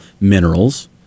minerals